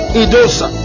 idosa